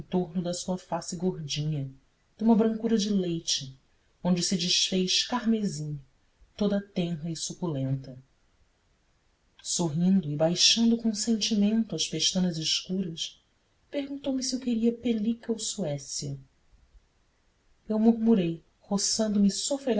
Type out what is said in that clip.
torno da sua face gordinha de uma brancura de leite onde se desfez carmesim toda tenra e suculenta sorrindo e baixando com sentimento as pestanas escuras perguntou-me se eu queria pelica ou suécia eu murmurei roçando me